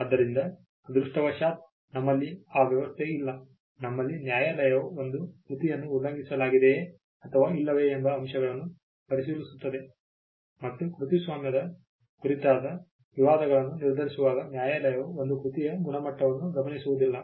ಆದ್ದರಿಂದ ಅದೃಷ್ಟವಶಾತ್ ನಮ್ಮಲ್ಲಿ ಆ ವ್ಯವಸ್ಥೆ ಇಲ್ಲ ನಮ್ಮಲ್ಲಿ ನ್ಯಾಯಾಲಯವು ಒಂದು ಕೃತಿಯನ್ನು ಉಲ್ಲಂಘಿಸಲಾಗಿದೆಯೆ ಅಥವಾ ಇಲ್ಲವೇ ಎಂಬ ಅಂಶಗಳನ್ನು ಪರಿಶೀಲಿಸುತ್ತದೆ ಮತ್ತು ಕೃತಿಸ್ವಾಮ್ಯದ ಕುರಿತಾದ ವಿವಾದಗಳನ್ನು ನಿರ್ಧರಿಸುವಾಗ ನ್ಯಾಯಾಲಯವು ಒಂದು ಕೃತಿಯ ಗುಣಮಟ್ಟವನ್ನು ಗಮನಿಸುವುದಿಲ್ಲ